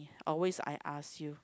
always I ask you